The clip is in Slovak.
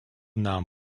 nám